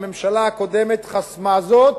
הממשלה הקודמת חסמה זאת,